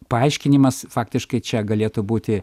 paaiškinimas faktiškai čia galėtų būti